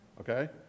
Okay